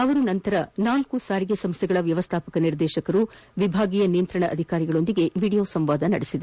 ಅವರು ನಂತರ ನಾಲ್ಕು ಸಾರಿಗೆ ಸಂಸ್ಥೆಗಳ ವ್ಯವಸ್ಥಾಪಕ ನಿರ್ದೇಶಕರು ವಿಭಾಗೀಯ ನಿಯಂತ್ರಣ ಅಧಿಕಾರಿಗಳೊಂದಿಗೆ ವಿಡಿಯೋ ಸಂವಾದ ನಡೆಸಿದರು